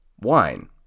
wine